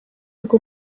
rwo